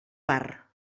bar